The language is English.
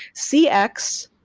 cx,